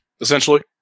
essentially